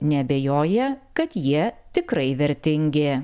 neabejoja kad jie tikrai vertingi